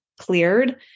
Cleared